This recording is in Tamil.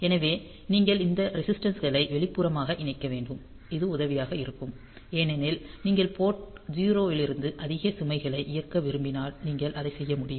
எனவே நீங்கள் இந்த ரெஸிஸ்டன்ஸ்களை வெளிப்புறமாக இணைக்க வேண்டும் இது உதவியாக இருக்கும் ஏனெனில் நீங்கள் போர்ட் 0 இலிருந்து அதிக சுமைகளை இயக்க விரும்பினால் நீங்கள் அதை செய்ய முடியும்